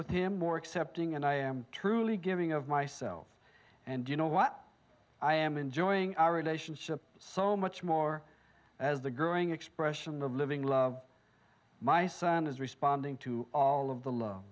with him more accepting and i am truly giving of myself and you know what i am enjoying our relationship so much more as the growing expression of living love my son is responding to all of the low